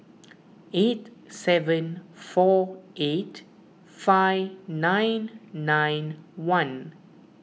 eight seven four eight five nine nine one